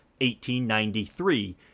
1893